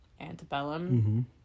antebellum